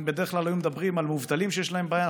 אם בדרך כלל היו מדברים על מובטלים שיש להם בעיה,